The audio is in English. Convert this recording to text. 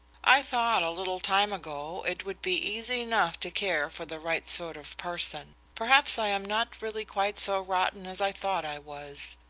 i thought, a little time ago, it would be easy enough to care for the right sort of person. perhaps i am not really quite so rotten as i thought i was.